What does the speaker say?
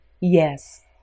yes